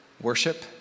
Worship